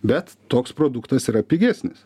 bet toks produktas yra pigesnis